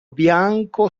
bianco